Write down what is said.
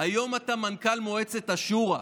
היום אתה מנכ"ל מועצת השורא.